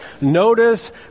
notice